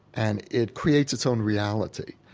and it creates its own reality.